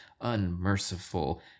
unmerciful